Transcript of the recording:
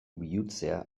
bihurtzea